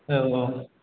औ औ